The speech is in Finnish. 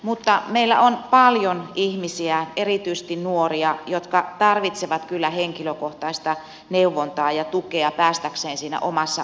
mutta meillä on paljon ihmisiä erityisesti nuoria jotka tarvitsevat kyllä henkilökohtaista neuvontaa ja tukea päästäkseen siinä omassa asiassaan eteenpäin